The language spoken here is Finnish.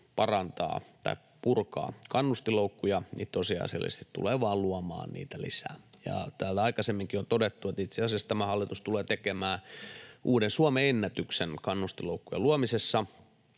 parantaa tai purkaa kannustinloukkuja, se tosiasiallisesti tulee vain luomaan niitä lisää. Täällä aikaisemminkin on todettu, että itse asiassa tämä hallitus tulee tekemään uuden Suomen ennätyksen kannustinloukkujen luomisessa,